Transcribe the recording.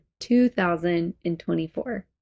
2024